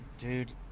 Dude